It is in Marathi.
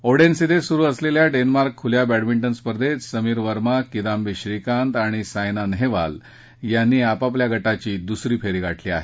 ओडेन्स इथं सुरू असलेल्या डेन्मार्क खुल्या बंडमिंटन स्पर्धेत समीर वर्मा किदांबी श्रीकांत आणि सायना नेहवाल यांनी आपापल्या गटाची दुसरी फेरी गाठली आहे